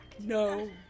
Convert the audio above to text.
No